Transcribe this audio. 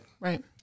Right